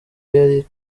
yari